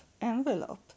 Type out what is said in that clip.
envelope